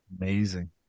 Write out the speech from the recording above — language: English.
Amazing